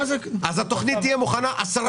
אז התוכנית תהיה מוכנה עשרה חודשים לפני.